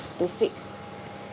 to fix